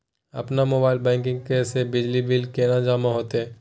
अपन mobile banking से बिजली बिल केने जमा हेते?